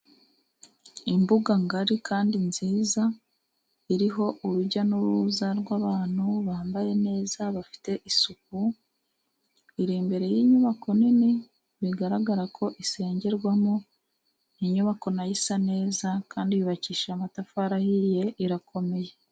Imbuga ngari kandi nziza iriho urujya n'uruza rw'abantu bambaye neza bafite isuku, iri imbere y'inyubako nini bigaragara ko isengerwamo inyubako nayo isa neza kandi yubakishije amatafari ahiye, irakomeye.